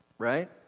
Right